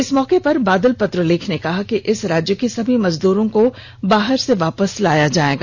इस मौके पर बादल पत्रलेख ने कहा कि इस राज्य के सभी मजदूरों को बाहर से वापस लाया जाएगा